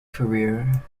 career